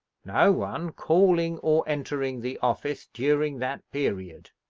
no one calling or entering the office during that period.